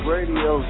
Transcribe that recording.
Radio